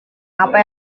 apa